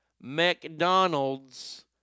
McDonald's